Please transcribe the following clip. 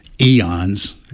eons